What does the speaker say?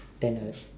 then the